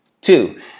Two